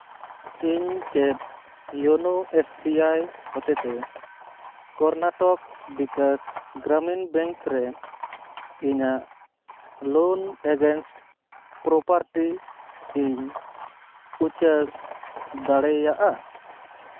ᱤᱧ ᱪᱮᱫ ᱤᱭᱳᱱᱳ ᱮᱥ ᱵᱤ ᱟᱭ ᱦᱚᱛᱮᱛᱮ ᱠᱚᱨᱱᱟᱴᱚᱠ ᱵᱤᱠᱟᱥ ᱜᱨᱟᱢᱤᱱ ᱵᱮᱝᱠ ᱨᱮ ᱤᱧᱟᱹᱜ ᱞᱳᱱ ᱮᱜᱮᱱᱥᱴ ᱯᱨᱳᱯᱟᱨᱴᱤ ᱤᱧ ᱩᱪᱟᱹᱲ ᱫᱟᱲᱮᱭᱟᱜᱼᱟ